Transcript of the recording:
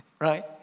Right